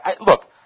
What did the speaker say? Look